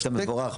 עשית דבר מבורך,